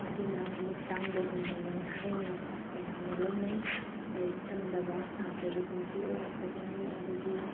ꯑꯗꯨꯅ ꯃꯃꯤꯠ ꯇꯥꯡꯕꯒꯨꯝꯕꯅꯤ ꯍꯥꯏꯅ ꯃꯌꯥꯝꯅ ꯂꯧꯅꯩ ꯂꯥꯏꯔꯤꯛ ꯇꯝꯗꯕ ꯁꯥꯇ꯭ꯔꯒꯤ ꯄꯨꯟꯁꯤ ꯑꯣꯏꯔꯛꯇꯕ ꯃꯤ ꯑꯗꯨꯗꯤ